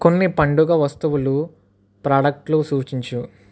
కొన్ని పండుగ వస్తువులు ప్రాడక్టులు సూచించు